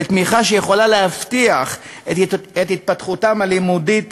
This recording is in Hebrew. לתמיכה שיכולה להבטיח את התפתחותם הלימודית